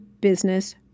business